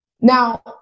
Now